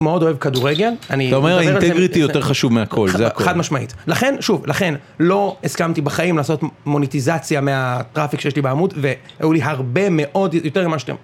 מאוד אוהב כדורגל, אני... אתה אומר האינטגריטי יותר חשוב מהכל, זה הכל. חד משמעית. לכן, שוב, לכן, לא הסכמתי בחיים לעשות מוניטיזציה מהטראפיק שיש לי בעמוד, והיו לי הרבה מאוד, יותר ממה שאתם...